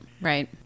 right